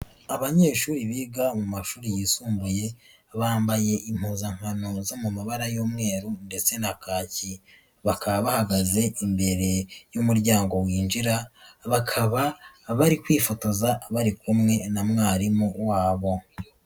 Abanyeshuri biga mu mashuri yisumbuye, bambaye impuzankano zo mu mabara y'umweru ndetse na kaki. Bakaba bahagaze imbere y'umuryango winjira, bakaba bari kwifotoza bari kumwe na mwarimu wabo.